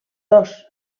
dos